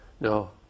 No